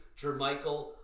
JerMichael